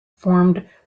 formed